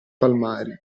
palmari